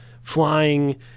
flying